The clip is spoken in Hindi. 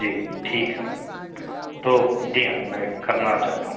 जी जी ठीक है तो जी हाँ मैं करना चाहता हूँ